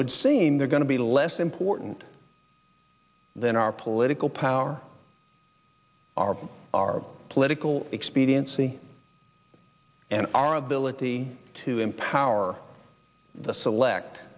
would seem they're going to be less important than our political power our our political expediency and our ability to empower the select